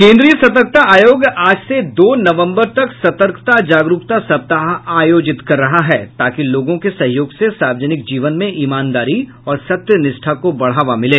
केन्द्रीय सतर्कता आयोग आज से दो नवम्बर तक सतर्कता जागरूकता सप्ताह आयोजित कर रहा है ताकि लोगों के सहयोग से सार्वजनिक जीवन में ईमानदारी और सत्यनिष्ठा को बढ़ावा मिले